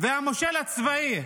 והמושל הצבאי